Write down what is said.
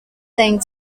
thing